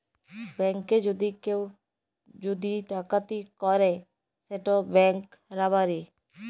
ব্যাংকে যদি কেউ যদি ডাকাতি ক্যরে সেট ব্যাংক রাবারি